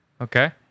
Okay